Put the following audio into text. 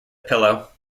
pillow